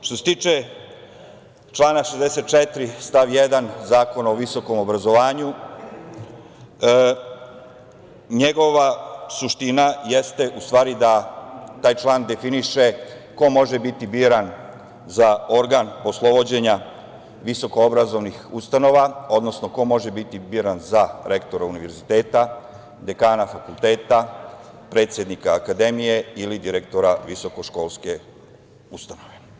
Što se tiče člana 64. stav 1. Zakona o visokom obrazovanju, njegova suština jeste u stvari da taj član definiše ko može biti biran za organ poslovođenja visokoobrazovnih ustanova, odnosno ko može biti biran za rektora univerziteta, dekana fakulteta, predsednika akademije ili direktora visokoškolske ustanove.